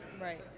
Right